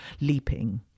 leaping